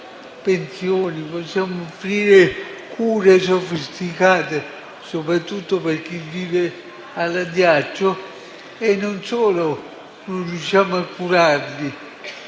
pensioni, cure sofisticate, soprattutto per chi vive all'addiaccio. Non solo non riusciamo a curarli,